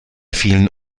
vielen